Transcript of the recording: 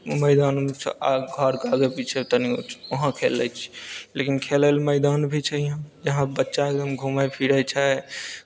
मैदानसँ घरके आगे पीछे तनी वहाँ खेल लै छियै लेकिन खेलै लऽ मैदान भी छै यहाँ जहाँ बच्चा एगदम घूमैत फिरैत छै